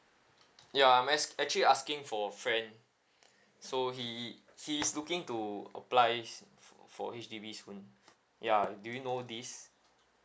ya I'm as~ actually asking for a friend so he he is looking to apply for H_D_B soon ya do you know this